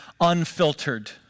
unfiltered